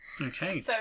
Okay